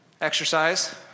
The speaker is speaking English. exercise